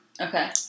Okay